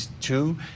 two